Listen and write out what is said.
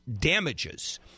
damages